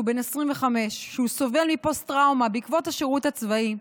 שהוא בן 25 וסובל מפוסט-טראומה בעקבות השירות הצבאי.